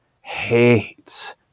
hates